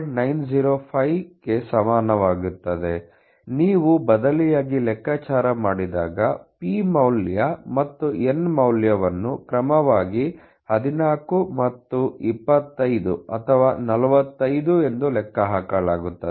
905 ಕ್ಕೆ ಸಮನಾಗಿರುತ್ತದೆ ನೀವು ಬದಲಿಯಾಗಿ ಲೆಕ್ಕಾಚಾರ ಮಾಡಿದಾಗ p ಮೌಲ್ಯ ಮತ್ತು n ಮೌಲ್ಯವನ್ನು ಕ್ರಮವಾಗಿ 14 ಮತ್ತು 25 ಅಥವಾ 45 ಎಂದು ಲೆಕ್ಕಹಾಕಲಾಗುತ್ತದೆ